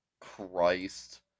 Christ